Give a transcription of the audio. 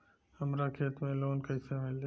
हमरा खेत पर लोन कैसे मिली?